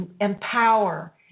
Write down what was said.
empower